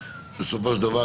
בסופו של דבר,